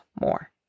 more